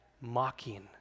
mocking